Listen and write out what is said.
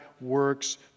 works